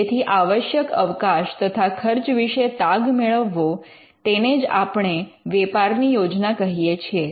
તેથી આવશ્યક અવકાશ તથા ખર્ચ વિશે તાગ મેળવવો તેને જ આપણે વેપારની યોજના કહીએ છીએ